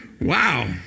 Wow